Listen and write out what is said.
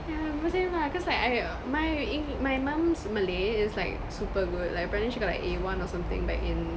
yeah oh my same lah cause like I my eng~ my mum's malay is like super good like apparently she got like A one or something back in